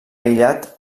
aïllat